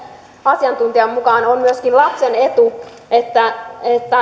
asiantuntijan mukaan on myöskin lapsen etu että